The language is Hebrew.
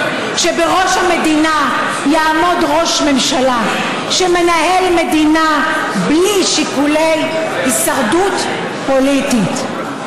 שבראש המדינה יעמוד ראש ממשלה שמנהל מדינה בלי שיקולי הישרדות פוליטית,